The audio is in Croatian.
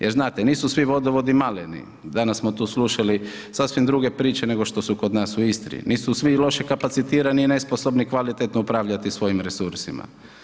Jer znate nisu svi vodovodi maleni, danas smo tu slušali sasvim druge priče nego što su kod nas u Istri, nisu svi loše kapacitirani i nesposobni kvalitetno upravljati svojim resursima.